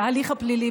בהליך הפלילי,